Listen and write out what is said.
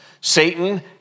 Satan